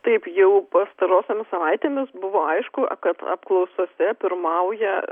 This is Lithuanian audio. taip jau pastarosiomis savaitėmis buvo aišku kad apklausose pirmauja